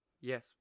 Yes